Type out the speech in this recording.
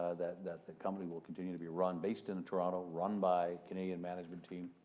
ah that that the company will continue to be run based in toronto, run by canadian management team,